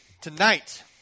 tonight